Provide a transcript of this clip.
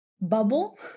bubble